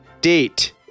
date